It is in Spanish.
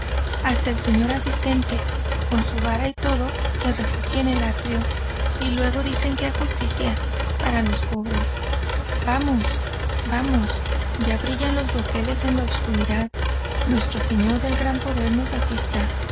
hasta el señor asistente con su vara y todo se refugia en el átrio y luego dicen que hay justicia para los pobres vamos vamos ya brillan los broqueles en la oscuridad nuestro señor del gran poder nos asista